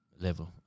level